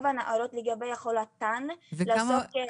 הנערות לגבי יכולותיהן לעסוק בתחומים האלה.